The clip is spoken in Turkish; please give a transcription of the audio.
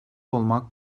olmak